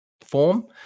form